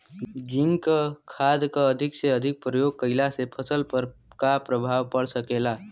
Zinc खाद क अधिक से अधिक प्रयोग कइला से फसल पर का प्रभाव पड़ सकेला?